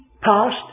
past